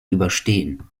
überstehen